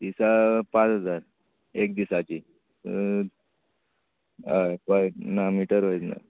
दिसा पांच हजार एक दिसाची हय हय ना मिटर वयच ना